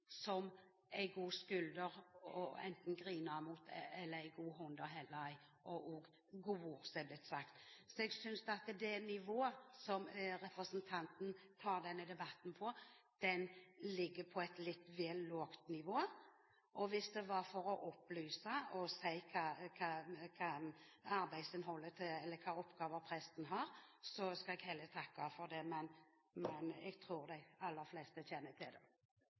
god skulder å gråte på eller en god hånd å holde i, eller at gode ord er blitt sagt. Jeg synes at det nivået som representanten tar denne debatten på, ligger litt vel lavt. Hvis det var for å opplyse om hvilke oppgaver presten har, skal jeg heller takke for det, men jeg tror de aller fleste kjenner til dem.